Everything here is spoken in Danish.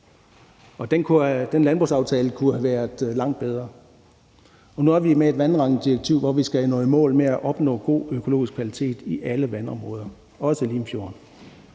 Den landbrugsaftale kunne have været langt bedre. Nu har vi et vandrammedirektiv, hvor vi skal nå i mål med at opnå god økologisk kvalitet i alle vandområder, også Limfjorden.